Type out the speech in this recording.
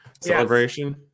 Celebration